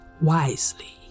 wisely